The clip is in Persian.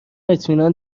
اطمینان